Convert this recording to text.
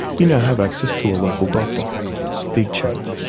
you know have access to a local doctor big change.